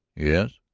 yes.